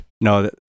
No